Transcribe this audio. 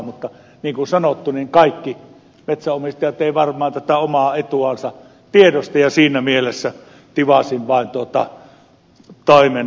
mutta niin kuin sanottu kaikki metsänomistajat eivät varmaan tätä omaa etuansa tiedosta ja vain siinä mielessä tivasin tuota taimen koon rajaa